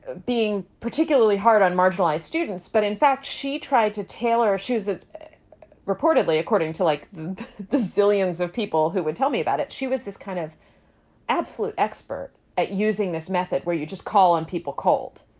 being particularly hard on marginalized students. but in fact, she tried to tailor shoes. it reportedly according to like the zillions of people who would tell me about it. she was this kind of absolute expert at using this method where you just call on people cold.